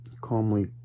Calmly